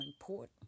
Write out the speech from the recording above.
important